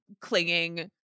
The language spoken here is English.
clinging